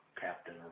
captain